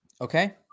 Okay